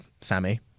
Sammy